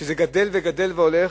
שזה גדל וגדל והולך.